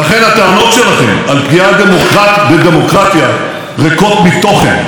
לכן הטענות שלכם על פגיעה בדמוקרטיה ריקות מתוכן.